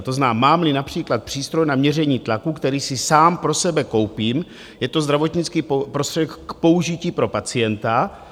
To znamená, mámli například přístroj na měření tlaku, který si sám pro sebe koupím, je to zdravotnický prostředek k použití pro pacienta.